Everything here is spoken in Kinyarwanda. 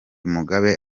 mugabe